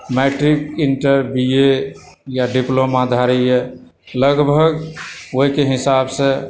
matric inter B A या डिप्लोमाधारीए लगभग ओहिके हिसाबसे